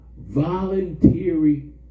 voluntary